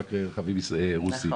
רק רכבים רוסיים.